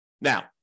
Now